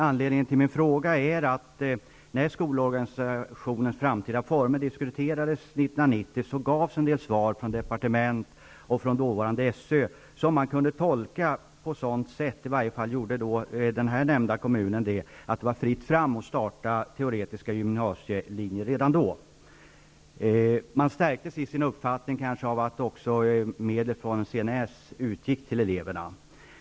Anledningen till min fråga är att det, när skolorganisationens framtida former diskuterades 1990, gavs en del svar från departementet och dåvarande SÖ som kunde tolkas på sådant sätt, i varje fall gjorde den nämnda kommunen det, att det var fritt fram att starta teoretiska gymnasielinjer redan då. Man stärkte sig i sin uppfattning av att också medel från CNS utgick till eleverna.